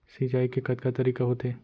सिंचाई के कतका तरीक़ा होथे?